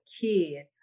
kid